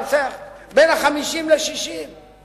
בין שנות ה-50 לשנות ה-60.